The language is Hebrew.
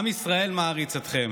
עם ישראל מעריץ אתכם,